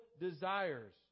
desires